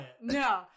No